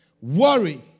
worry